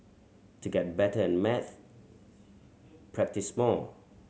to get better at maths practise more